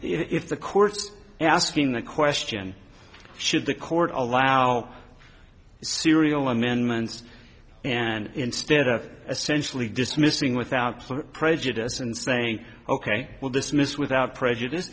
if the court's asking the question should the court allow serial amendments and instead of essentially dismissing without prejudice and saying ok well dismissed without prejudice